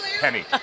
Penny